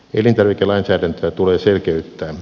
elintarvikelainsäädäntöä tulee selkeyttää